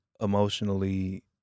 emotionally